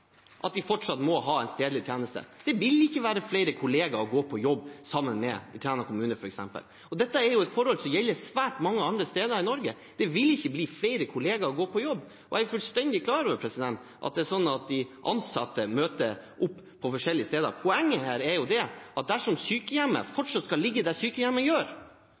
at de fortsatt må ha en stedlig tjeneste. Det vil ikke være flere kollegaer å gå på jobb sammen med i f.eks. Træna kommune. Dette er et forhold som gjelder svært mange andre steder i Norge, det vil ikke bli flere kollegaer på jobb. Jeg er fullstendig klar over at de ansatte møter opp på forskjellige steder. Poenget er at dersom sykehjemmet fortsatt skal ligge der sykehjemmet